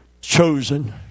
chosen